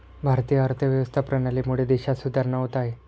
भारतीय अर्थव्यवस्था प्रणालीमुळे देशात सुधारणा होत आहे